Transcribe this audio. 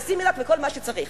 ל"סימילאק" ולכל מה שצריך.